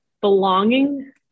Belonging